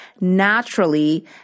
naturally